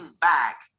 back